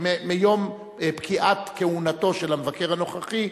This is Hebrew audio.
מיום פקיעת כהונתו של המבקר הנוכחי,